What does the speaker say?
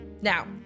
Now